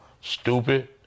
Stupid